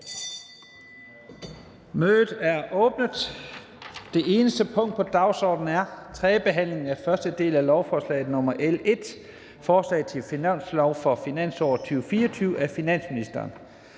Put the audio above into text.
Mødet er åbnet. --- Det eneste punkt på dagsordenen er: 1) 3. behandling, 1. del, af lovforslag nr. L 1: Forslag til finanslov for finansåret 2024. Af finansministeren